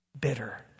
Bitter